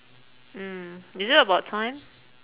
mm is it about time